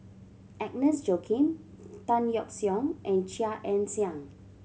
Agnes Joaquim Tan Yeok Seong and Chia Ann Siang